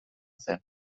zen